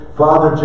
father